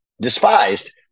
despised